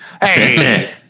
Hey